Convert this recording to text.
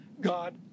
God